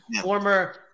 former